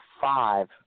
five